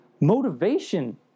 motivation